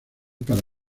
para